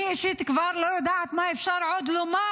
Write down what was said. אני אישית כבר לא יודעת מה אפשר עוד לומר